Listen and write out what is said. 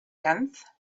tenth